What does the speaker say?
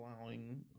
allowing